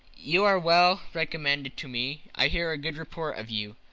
you are well recommended to me i hear a good report of you.